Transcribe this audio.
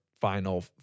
final